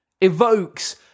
evokes